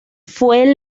fue